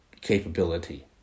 capability